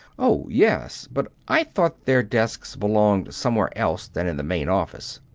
oh, yes but i thought their desks belonged somewhere else than in the main office.